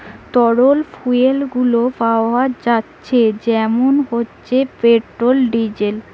তরল ফুয়েল গুলো পাওয়া যাচ্ছে যেমন হচ্ছে পেট্রোল, ডিজেল